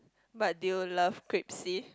but do you love